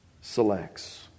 selects